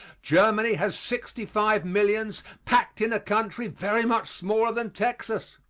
germany has sixty-five millions packed in a country very much smaller than texas.